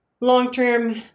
long-term